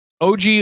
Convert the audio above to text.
OG